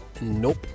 nope